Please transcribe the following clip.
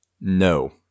No